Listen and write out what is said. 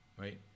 right